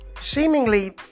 seemingly